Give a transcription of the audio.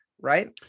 right